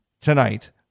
Tonight